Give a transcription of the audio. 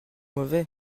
mauvais